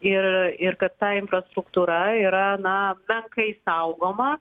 ir ir kad ta infrastruktūra yra na menkai saugoma